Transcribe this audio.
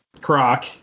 Croc